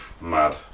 Mad